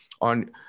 on